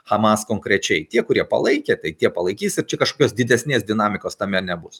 hamas konkrečiai tie kurie palaikė tai tie palaikys ir čia kažkokios didesnės dinamikos tame nebus